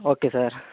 okay sir